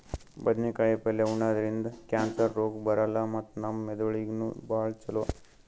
ಬದ್ನೇಕಾಯಿ ಪಲ್ಯ ಉಣದ್ರಿಂದ್ ಕ್ಯಾನ್ಸರ್ ರೋಗ್ ಬರಲ್ಲ್ ಮತ್ತ್ ನಮ್ ಮೆದಳಿಗ್ ನೂ ಭಾಳ್ ಛಲೋ